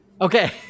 Okay